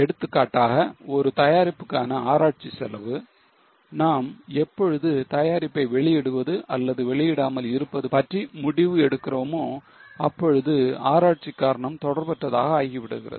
எடுத்துக்காட்டாக ஒரு தயாரிப்புக்கான ஆராய்ச்சி செலவு நாம் எப்பொழுது தயாரிப்பை வெளியிடுவது அல்லது வெளியிடாமல் இருப்பது பற்றி முடிவு எடுக்கிறோமோ அப்பொழுது ஆராய்ச்சி காரணம் தொடர்பற்றதாக ஆகிவிடுகிறது